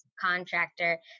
contractor